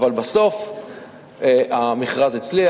אבל בסוף המכרז הצליח.